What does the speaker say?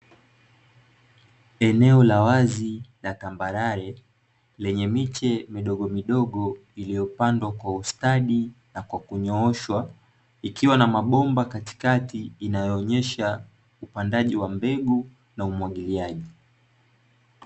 Eneo la wazi la tambarare lenye miche midogomidogo iliyopandwa kwa ustadi na kwa kunyooshwa, ikiwa na mabomba katikati, inayoonyesha upandaji wa mbegu na umwagiliaji.